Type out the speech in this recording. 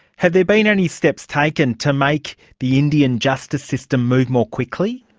have there been any steps taken to make the indian justice system move more quickly?